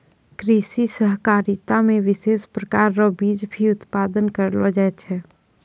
कृषि सहकारिता मे विशेष प्रकार रो बीज भी उत्पादन करलो जाय छै